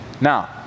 Now